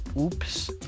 oops